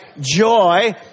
joy